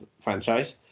franchise